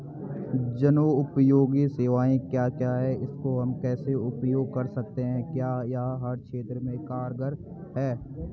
जनोपयोगी सेवाएं क्या क्या हैं इसको हम कैसे उपयोग कर सकते हैं क्या यह हर क्षेत्र में कारगर है?